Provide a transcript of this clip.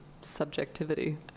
subjectivity